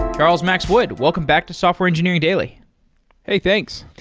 charles max wood, welcome back to software engineering daily hey! thanks.